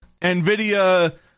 NVIDIA